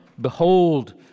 behold